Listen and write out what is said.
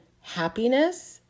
happiness